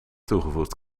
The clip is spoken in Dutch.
toegevoegd